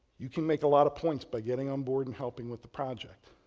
you can make a lot of points by getting on board and helping with the project.